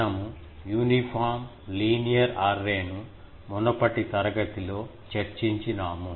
మనము uniform linear array ను మునుపటి తరగతి లో చర్చించినాము